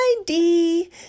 ID